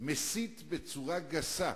מסית בצורה גסה